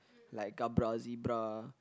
like gabra zebra